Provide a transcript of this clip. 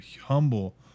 humble